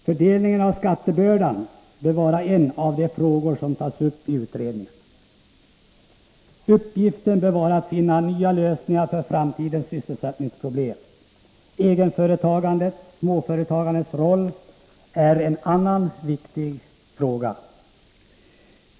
Fördelningen av skattebördan bör vara en av de frågor som tas upp i den nämnda utredningen. Uppgiften bör vara att finna nya lösningar på framtidens sysselsättningsproblem. Egenföretagandets och småföretagandets roll är en annan viktig fråga.